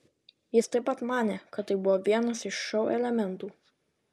jis taip pat manė kad tai buvo vienas iš šou elementų